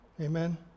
Amen